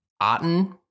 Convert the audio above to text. Otten